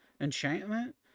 enchantment